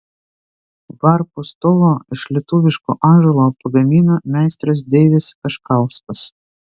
varpo stovą iš lietuviško ąžuolo pagamino meistras deivis kaškauskas